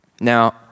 Now